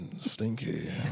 Stinky